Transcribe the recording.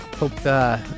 Hope